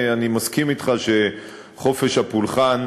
אני מסכים אתך שחופש הפולחן,